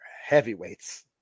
heavyweights